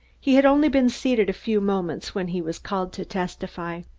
he had only been seated a few moments when he was called to testify.